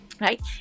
Right